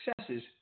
successes